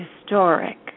historic